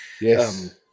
yes